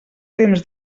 temps